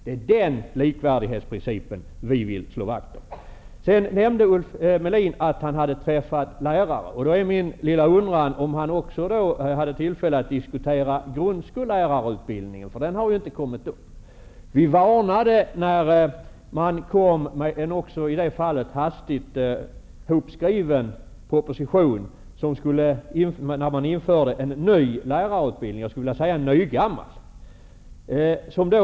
Det är den likvärdighetsprincipen vi vill slå vakt om. Ulf Melin nämnde att han hade träffat lärare. Då är min lilla undran om han också hade tillfälle att diskutera grundskollärarutbildningen. Den har ju inte kommit upp. När regeringen kom med en hastigt hopskriven proposition för att införa en ny lärarutbildning -- jag skulle vilja säga en nygammal --, så varnade vi.